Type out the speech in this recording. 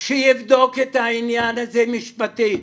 שיבדוק את העניין הזה משפטית,